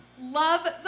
love